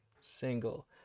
single